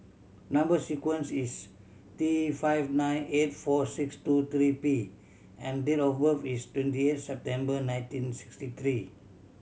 number sequence is T five nine eight four six two three P and date of birth is twenty eight September nineteen sixty three